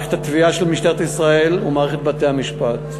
מערכת התביעה של משטרת ישראל ומערכת בתי-המשפט.